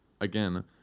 again